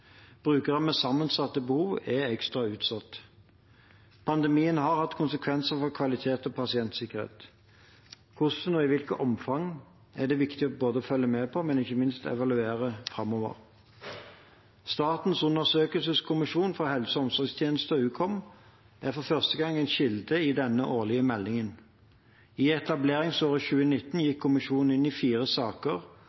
pasientsikkerhet. Hvordan og i hvilket omfang er det viktig både å følge med på og ikke minst evaluere framover. Statens undersøkelseskommisjon for helse- og omsorgstjenesten, Ukom, er for første gang en kilde i denne årlige meldingen. I etableringsåret 2019